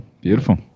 beautiful